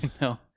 no